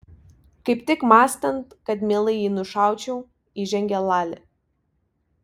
kaip tik mąstant kad mielai jį nušaučiau įžengė lali